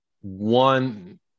one